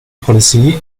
policy